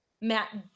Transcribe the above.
Matt